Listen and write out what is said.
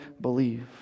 believe